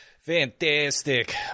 Fantastic